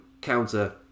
counter